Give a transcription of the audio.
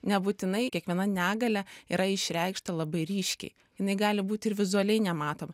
nebūtinai kiekviena negalia yra išreikšta labai ryškiai jinai gali būti ir vizualiai nematoma